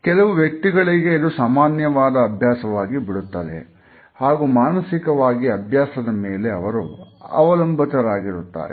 ಕೆಲವು ವ್ಯಕ್ತಿಗಳಿಗೆ ಇದು ಸಾಮಾನ್ಯವಾದ ಅಭ್ಯಾಸವಾಗಿ ಬಿಡುತ್ತದೆ ಹಾಗೂ ಮಾನಸಿಕವಾಗಿ ಅಭ್ಯಾಸದ ಮೇಲೆ ಅವರು ಅವಲಂಬಿತರಾಗುತ್ತಾರೆ